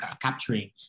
capturing